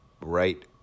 right